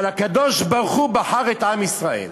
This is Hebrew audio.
אבל הקדוש-ברוך-הוא בחר את עם ישראל: